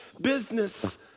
business